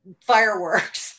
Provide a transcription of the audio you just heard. fireworks